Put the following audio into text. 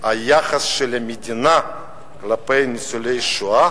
היחס של המדינה כלפי ניצולי שואה,